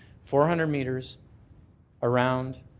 four hundred meters around